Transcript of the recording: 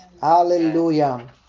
Hallelujah